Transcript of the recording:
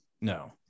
No